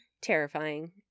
Terrifying